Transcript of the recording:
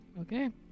okay